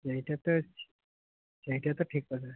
ସେଇଟା ତ ସେଇଟା ତ ଠିକ୍ କଥା